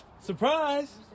Surprise